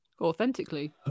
authentically